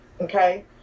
okay